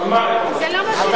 זה לא מה שתראה.